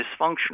dysfunctional